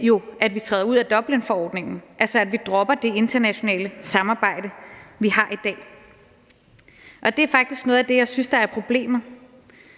jo, at vi træder ud af Dublinforordningen, altså at vi dropper det internationale samarbejde, vi er en del af i dag. Og det er faktisk noget af det, jeg synes er problemet,